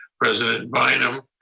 president bynum,